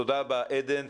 תודה רבה עדן.